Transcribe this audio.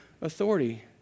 authority